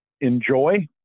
enjoy